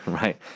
right